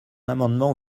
amendement